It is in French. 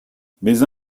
mais